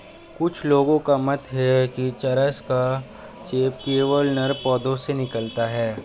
कुछ लोगों का मत है कि चरस का चेप केवल नर पौधों से निकलता है